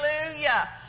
hallelujah